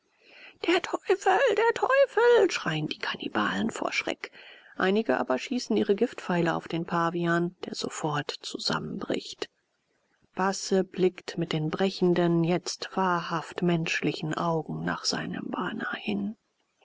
der teufel der teufel schreien die kannibalen vor schreck einige aber schießen ihre giftpfeile auf den pavian der sofort zusammenbricht basse blickt mit den brechenden jetzt wahrhaft menschlichen augen nach seinem bana hin